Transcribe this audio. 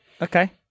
Okay